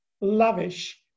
lavish